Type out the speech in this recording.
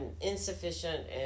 insufficient